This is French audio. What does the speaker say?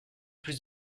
plus